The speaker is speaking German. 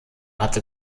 hatte